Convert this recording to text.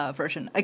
version